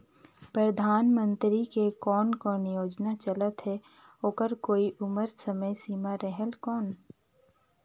परधानमंतरी के कोन कोन योजना चलत हे ओकर कोई उम्र समय सीमा रेहेल कौन?